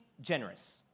generous